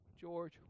George